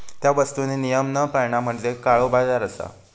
त्या वस्तुंनी नियम न पाळणा म्हणजे काळोबाजार असा